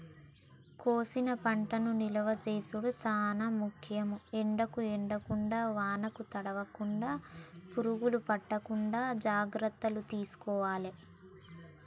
కోసిన పంటను నిలువ చేసుడు చాల ముఖ్యం, ఎండకు ఎండకుండా వానకు తడవకుండ, పురుగులు పట్టకుండా జాగ్రత్తలు తీసుకోవాలె